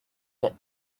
get